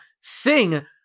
sing